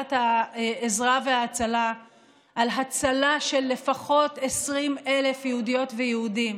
בוועדת העזרה וההצלה על הצלה של לפחות 20,000 יהודיות ויהודים.